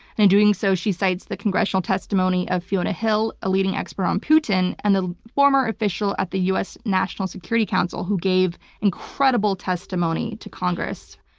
and in doing so, she cites the congressional testimony of fiona hill, a leading expert on putin and the former official at the us national security council, who gave incredible testimony to congress.